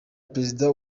perezida